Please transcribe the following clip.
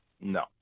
No